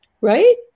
right